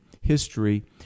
history